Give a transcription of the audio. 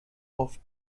off